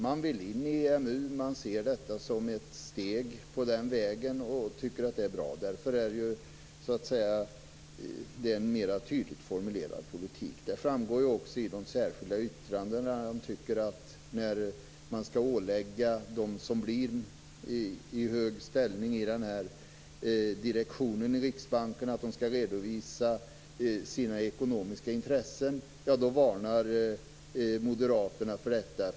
Man vill in i EMU, man ser detta som ett steg på den vägen och tycker att det är bra. Därför är det en mer tydligt formulerad politik. Det framgår också av de särskilda yttrandena. När de som har hög ställning i direktionen i Riksbanken åläggs att redovisa sina ekonomiska intressen varnar moderaterna för detta.